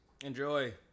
Enjoy